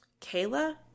Kayla